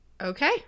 Okay